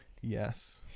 yes